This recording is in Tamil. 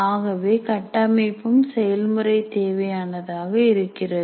ஆகவே கட்டமைப்பும் செயல்முறை தேவையானதாக இருக்கிறது